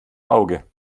auge